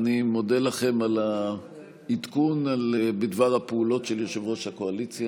אני מקווה שיושב-ראש ועדת הכנסת יאשר את הפטור מחובת הנחה.